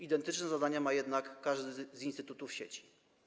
Identyczne zadania ma jednak każdy z instytutów sieci.